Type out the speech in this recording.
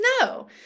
No